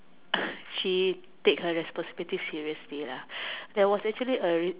she take her responsibility seriously lah there was actually a